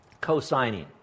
co-signing